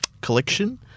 collection